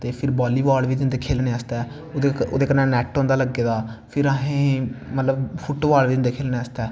ते फिर volleyball बी दिंदे खेलनै आस्तै ओह्दै कन्नै नैट होंदा लग्गे दा फिर असें मतलव फुट बॉल बी दिंदे खेलनै आस्तै